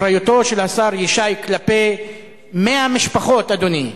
אחריותו של השר ישי כלפי 100 משפחות, אדוני.